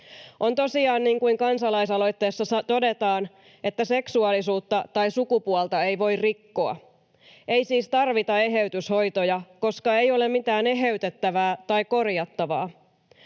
On tosiaan niin kuin kansalaisaloitteessa todetaan, että seksuaalisuutta tai sukupuolta ei voi rikkoa. Ei siis tarvita eheytyshoitoja, koska ei ole mitään eheytettävää tai korjattavaa.